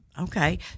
okay